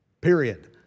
period